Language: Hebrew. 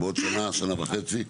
בעוד שנה, שנה וחצי.